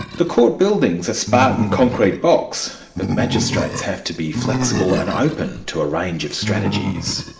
the court building is a spartan concrete box, but magistrates have to be flexible and open to a range of strategies.